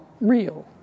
real